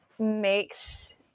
makes